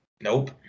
Nope